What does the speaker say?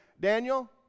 Daniel